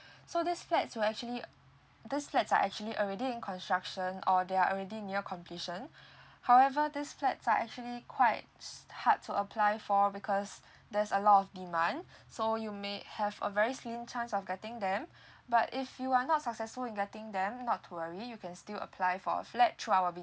so these flats will actually these flats are actually already in construction or they are already near completion however these flats are actually quite hard to apply for because there's a lot of demand so you may have a very slim chance of getting them but if you are not successful in getting them not to worry you can still apply for flat through our